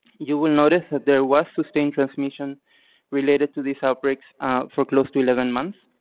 you will notice that there was sustained transmission related to these outbreaks for close to eleven months.